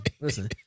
listen